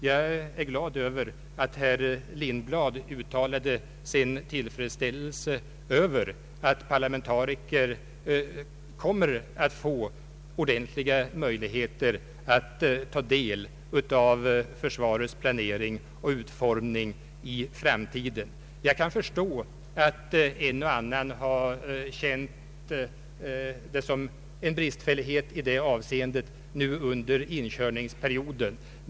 Jag är glad att herr Lindblad har uttalat sin tillfredsställelse över att parlamentariker kommer att få ordentliga möjligheter att ta del av försvarets planering och utformning i framtiden. Jag kan förstå att en och annan har känt det som en brist i det avseendet nu under inkörningsperioden.